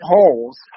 holes